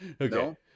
Okay